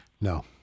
No